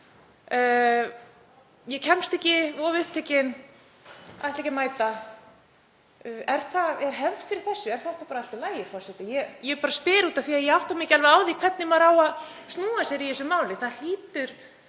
ég kemst ekki, er of upptekinn, ætla ekki að mæta. Er hefð fyrir þessu? Er þetta bara allt í lagi, forseti? Ég spyr af því að ég átta mig ekki alveg á því hvert maður á að snúa sér í þessu máli. Það hlýtur